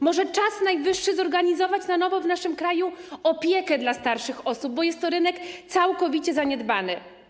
Może czas najwyższy zorganizować na nowo w naszym kraju opiekę dla starszych osób, bo jest to rynek całkowicie zaniedbany.